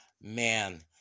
Man